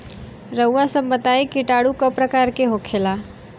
रउआ सभ बताई किटाणु क प्रकार के होखेला?